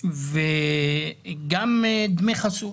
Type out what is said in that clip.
דמי חסות: